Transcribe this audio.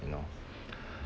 you know